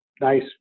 nice